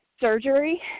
surgery